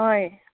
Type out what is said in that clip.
ꯍꯣꯏ